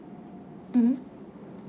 mmhmm